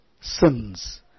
sins